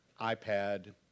iPad